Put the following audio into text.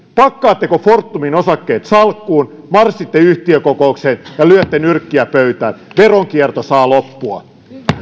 pakkaatteko fortumin osakkeet salkkuun marssitte yhtiökokoukseen ja lyötte nyrkkiä pöytään veronkierto saa loppua